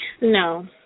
No